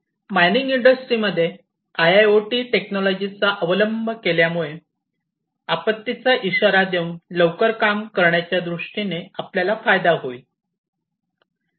mining industry मध्ये IIoT technology चा अवलंब केल्यामुळे आपत्तीचा इशारा देऊन लवकर काम करण्याच्या दृष्टीने आपल्याला फायदा होईल